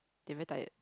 they very tired